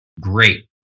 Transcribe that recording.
great